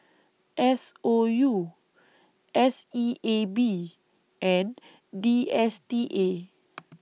S O U S E A B and D S T A